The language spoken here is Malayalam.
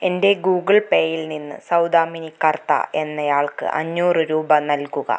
എൻ്റെ ഗൂഗിൾ പേയിൽ നിന്ന് സൗദാമിനി കർത്ത എന്നയാൾക്ക് അഞ്ഞൂറ് രൂപ നൽകുക